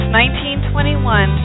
1921